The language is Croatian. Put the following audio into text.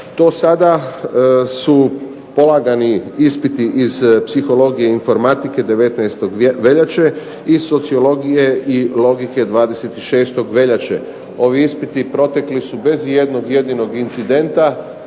Do sada su polagani ispiti iz psihologije, informacije 19. veljače i sociologije i logike 26. veljače. Ovi ispiti protekli su bez ijednog jedinog incidenta.